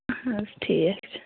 اہَن حظ ٹھیٖک